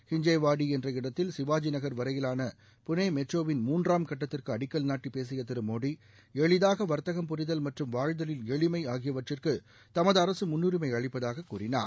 ஹின்ஜேவாடி என்ற இடத்தில் சிவாஜி நகர் வரையிவான புனே மெட்ரோவின் மூன்றாம் கட்டத்திற்கு அடிக்கல் நாட்டி பேசிய திரு மோடி எளிதாக வாத்தகம் புரிதல் மற்றும் வாழுதலில் எளிமை ஆகிவற்றிற்கு தமது அரசு முன்னுரிமை அளிப்பதாக கூறினார்